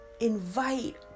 invite